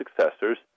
successors